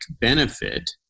benefit